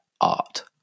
art